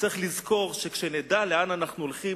צריך לזכור שכשנדע לאן אנחנו הולכים,